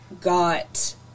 got